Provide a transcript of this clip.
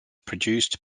produced